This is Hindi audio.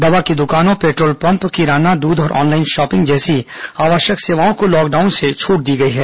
दवा की दुकानों पेट्रोल पम्प किराना दूध और ऑनलाइन शॉपिंग जैसी आवश्यक सेवाओं को लॉकडाउन से छूट दी गई है